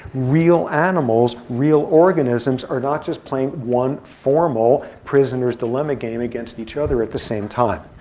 real animals, real organisms, are not just playing one formal prisoner's dilemma game against each other at the same time.